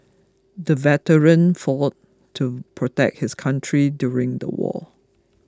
the veteran fought to protect his country during the war